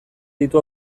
ditu